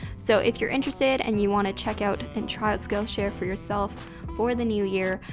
so if you're interested and you wanna check out and try out skillshare for yourself for the new year,